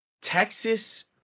Texas